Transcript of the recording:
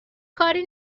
کاری